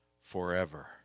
forever